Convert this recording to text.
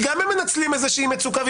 כי גם הם מנצלים איזושהי מצוקה.